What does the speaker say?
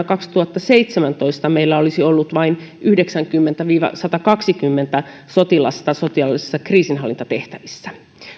kaksituhattaseitsemäntoista meillä olisi ollut vain yhdeksänkymmentä viiva satakaksikymmentä sotilasta sotilaallisissa kriisinhallintatehtävissä